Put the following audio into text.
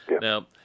Now